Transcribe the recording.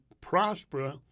prosper